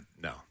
No